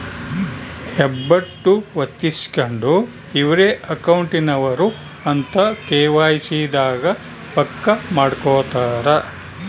ಹೆಬ್ಬೆಟ್ಟು ಹೊತ್ತಿಸ್ಕೆಂಡು ಇವ್ರೆ ಅಕೌಂಟ್ ನವರು ಅಂತ ಕೆ.ವೈ.ಸಿ ದಾಗ ಪಕ್ಕ ಮಾಡ್ಕೊತರ